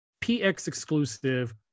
PX-exclusive